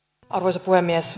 arvoisa puhemies